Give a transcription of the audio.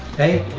hey?